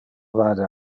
vade